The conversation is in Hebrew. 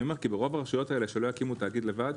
ברוב הרשויות האלה שלא יקימו תאגיד לבד,